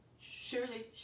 surely